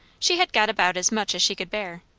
she had got about as much as she could bear.